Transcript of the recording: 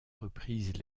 reprises